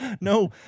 no